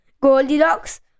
Goldilocks